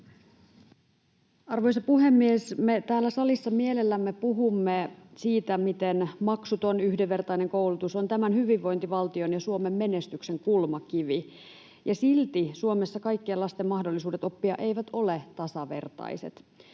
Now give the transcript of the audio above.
Arvoisa puhemies! Me täällä salissa mielellämme puhumme siitä, miten maksuton, yhdenvertainen koulutus on tämän hyvinvointivaltion ja Suomen menestyksen kulmakivi. Silti Suomessa kaikkien lasten mahdollisuudet oppia eivät ole tasavertaiset.